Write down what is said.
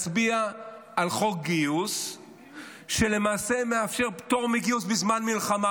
תצביע על חוק גיוס שלמעשה מאפשר פטור מגיוס בזמן מלחמה.